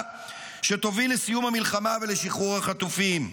שתוביל לסיום המלחמה ולשחרור החטופים.